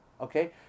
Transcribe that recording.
okay